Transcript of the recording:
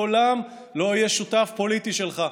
לעולם לא אהיה שותף פוליטי שלך.